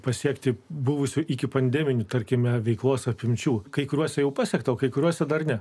pasiekti buvusių iki pandeminių tarkime veiklos apimčių kai karuose jau pasiekta kai kuriuos darnią